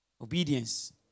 Obedience